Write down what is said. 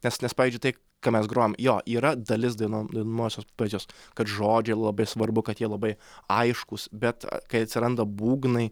nes nes pavyzdžiui tai ką mes grojam jo yra dalis dainuo dainuojamosios poezijos kad žodžiai labai svarbu kad jie labai aiškūs bet kai atsiranda būgnai